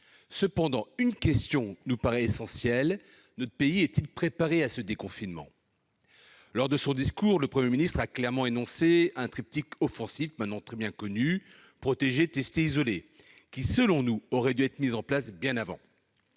Néanmoins, une question nous paraît essentielle : notre pays est-il préparé au déconfinement ? Dans son discours, le Premier ministre a clairement énoncé un triptyque offensif maintenant très bien connu- protéger, tester, isoler -, qui, selon nous, aurait dû être mis en place bien avant.